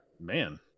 Man